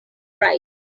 right